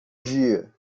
dia